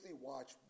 watch